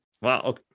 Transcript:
Wow